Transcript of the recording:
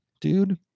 dude